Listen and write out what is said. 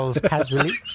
casually